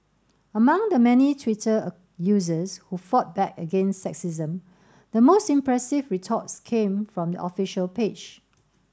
among the many Twitter users who fought back against sexism the most impressive retorts came from the official page